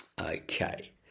Okay